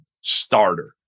starter